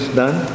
done